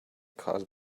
caused